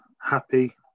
Happy